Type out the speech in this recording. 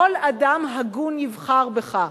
כל אדם הגון יבחר בך,